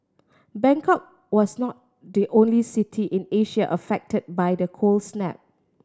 Bangkok was not the only city in Asia affected by the cold snap